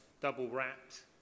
double-wrapped